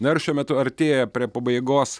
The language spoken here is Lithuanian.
na ir šiuo metu artėja prie pabaigos